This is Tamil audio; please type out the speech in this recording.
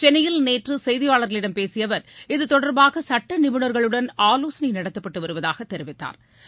சென்னையில் நேற்றுசெய்தியாளர்களிடம் பேசியஅவர் இது தொடர்பாகசட்டநிபுணர்களுடன் ஆலோசனைகள் நடத்தப்பட்டுவருவதாகவும் தெரிவித்தாா்